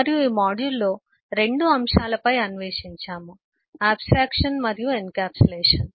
మరియు ఈ మాడ్యూల్లో 2 అంశాలపై అన్వేషించాము ఆబ్స్ట్రాక్షన్ మరియు ఎన్క్యాప్సులేషన్